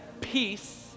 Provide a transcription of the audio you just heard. peace